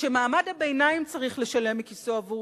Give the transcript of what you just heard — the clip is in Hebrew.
כשמעמד הביניים צריך לשלם מכיסו עבור